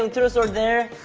um truth or dare?